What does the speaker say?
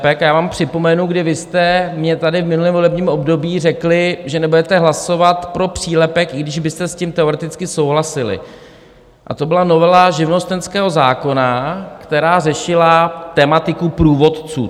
Já vám připomenu, kdy vy jste mně tady v minulém volebním období řekli, že nebudete hlasovat pro přílepek, i když byste s tím teoreticky souhlasili, a to byla novela živnostenského zákona, která řešila tematiku průvodců.